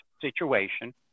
situation